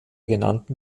genannten